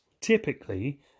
typically